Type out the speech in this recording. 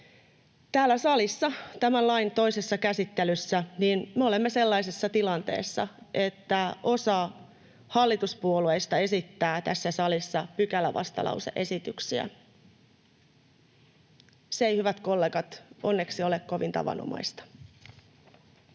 täällä salissa tämän lain käsittelyssä me olemme sellaisessa tilanteessa, että osa hallituspuolueista esittää tässä salissa pykälävastalause-esityksiä. Se ei, hyvät kollegat, onneksi ole kovin tavanomaista.